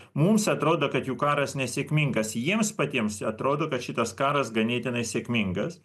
mums atrodo kad jų karas nesėkmingas jiems patiems atrodo kad šitas karas ganėtinai sėkmingas